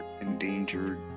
endangered